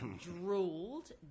drooled